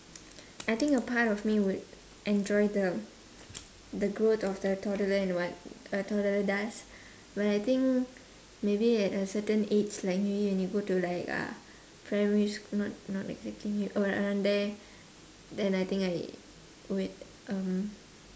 I think a part of me would enjoy the the growth of the toddler and what a toddler does but I think maybe at a certain age like you when you go to like uh primary sch~ not not exactly uh around there then I think I would um